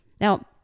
Now